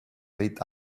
lit